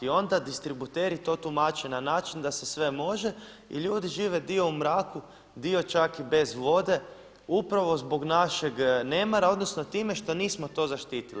Onda distributeri to tumače na način da se sve može i ljudi žive dio u mraku, dio čak i bez vode upravo zbog našeg nemara, odnosno time što nismo to zaštitili.